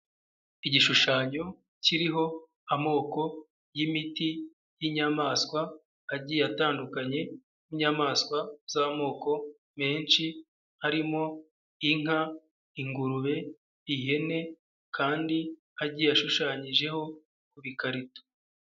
Igishushanyo kiriho amoko y'imiti y'inyamaswa agiye atandukanye, nk'inyamaswa z'amoko menshi harimo: inka, ingurube, ihene, kandi agiye ashushanyijeho ku bikarito.